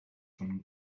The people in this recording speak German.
von